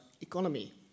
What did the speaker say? economy